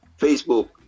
Facebook